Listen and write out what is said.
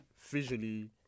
visually